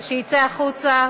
שיצא החוצה,